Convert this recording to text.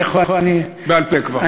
אני, בעל-פה כבר.